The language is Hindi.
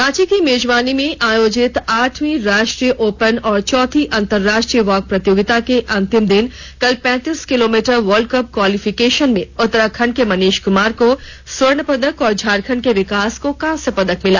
रांची की मेजबानी में आयोजित आठवीं राष्ट्रीय ओपन और चौथी अंतराराष्ट्रीय वॉक प्रतियोगिता के अंतिम दिन कल पैंतीस किलोमीटर वल्ड कप क्वालिफेकेशन में उत्तराखंड के मनीष क्मार को स्वर्ण पदक और झारखंड के विकास को कांस्य पदक मिला